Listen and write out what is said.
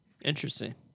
Interesting